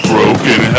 Broken